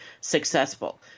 successful